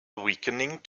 weakening